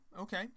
okay